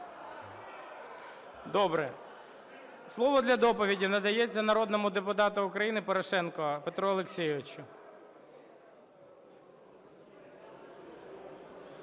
Добре. Слово для доповіді надається народному депутату України Порошенку Петру Олексійовичу.